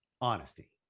Honesty